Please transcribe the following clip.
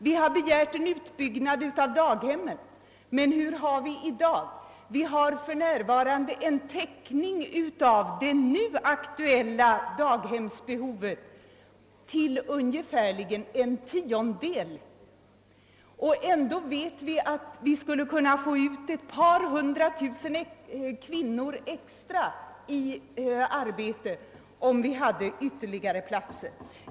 Vi har också begärt en utbyggnad av daghemmen, men hurudan är situationen i dag? Jo, vi har för närvarande en täckning av det nu aktuella daghemsbehovet på ungefär en tiondel. Och ändå vet vi att vi skulle kunna få ut ett par hundra tusen kvinnor ytterligare i förvärvsarbete, om det fanns tillräckligt med daghemsplatser.